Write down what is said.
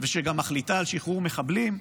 ושגם מחליטה על שחרור מחבלים.